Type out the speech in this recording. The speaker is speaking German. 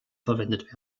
verwendet